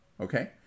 okay